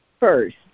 first